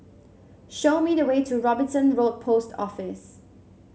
show me the way to Robinson Road Post Office